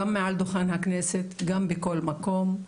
גם מעל דוכן הכנסת, גם בכל מקום.